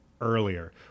earlier